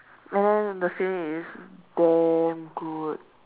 and then the feeling is damn good